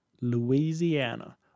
Louisiana